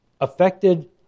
affected